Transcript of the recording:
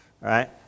right